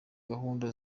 gahunda